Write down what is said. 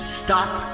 stop